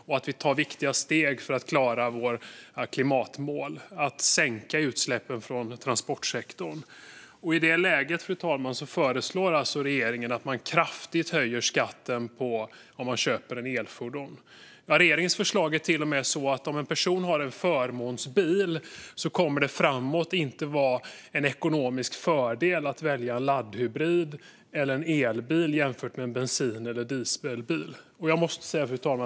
Och vi kan ta viktiga steg för att klara våra klimatmål och sänka utsläppen från transportsektorn. Fru talman! I det läget föreslår regeringen att kraftigt höja skatten för den som köper elfordon. Regeringens förslag innebär till och med att det för en person som har en förmånsbil framöver inte ska vara en ekonomisk fördel att välja en laddhybrid eller en elbil jämfört med en bensin eller dieselbil.